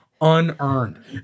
unearned